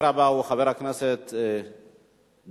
לוועדה של הכנסת,